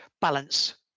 balance